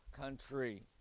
country